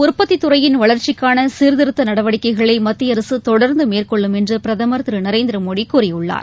உற்பத்தித் துறையின் வளர்ச்சிக்கான சீர்திருத்த நடவடிக்கைகளை மத்திய அரசு தொடர்ந்து மேற்கொள்ளும் என்று பிரதமர் திரு நரேந்திரமோடி கூறியுள்ளார்